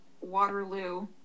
Waterloo